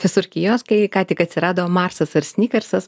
visur kioskai ką tik atsirado marsas ar snikersas